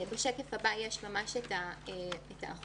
השקף הבא מציג את האחוזים.